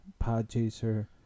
Podchaser